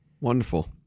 Wonderful